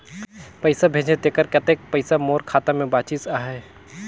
पइसा भेजे तेकर कतेक पइसा मोर खाता मे बाचिस आहाय?